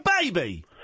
baby